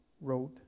wrote